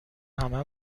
همه